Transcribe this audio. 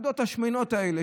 בסעודות השמנות האלה,